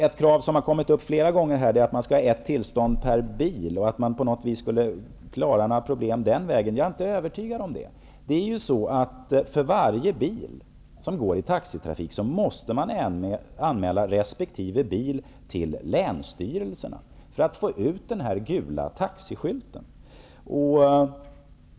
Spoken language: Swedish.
Ett krav som kommit upp flera gånger är att man skall ha ett tillstånd per bil och att man skulle klara av problem den vägen. Jag är inte övertygad om det. För varje bil som går i taxitrafik måste man göra en anmälan till länsstyrelserna, för att få ut den gula taxiskylten.